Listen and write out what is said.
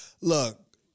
look